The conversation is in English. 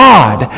God